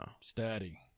steady